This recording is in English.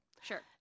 Sure